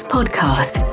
Podcast